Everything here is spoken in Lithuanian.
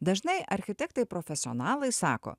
dažnai architektai profesionalai sako